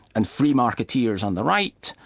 and free marketeers on the right,